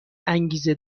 انگیزه